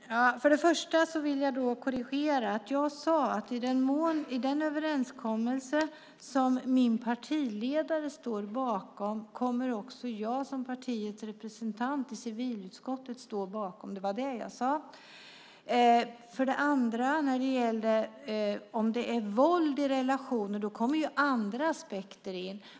Fru talman! För det första vill jag korrigera en sak. Jag sade att den överenskommelse som min partiledare står bakom kommer också jag som partiets representant i civilutskottet att stå bakom. För det andra: Om det är våld i relationer kommer andra aspekter in.